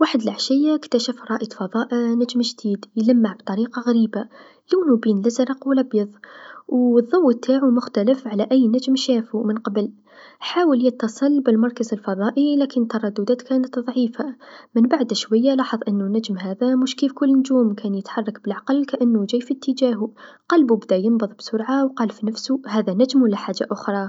وحد لعشيا اكتشف رائد فضاء نجم جديد يلمع بطريقه غريبا لونو بين لزرق و لبيض و ضو تاعو مختلف على أي نجم شافو من قبل، حاول يتصل بمركز الفضائي لكن الترددات كانت ضعيفه من بعد شويا لاحظ أنو نجم هذا مش كيف النجوم، كان يتحرك كأنو جاي بإتجاهو، قلبو بدا ينبض بسرعه و قال في نفسو هذا نجم و لا حاجه أخرى.